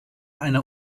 einer